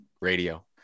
radio